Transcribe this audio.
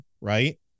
right